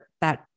that-